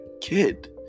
kid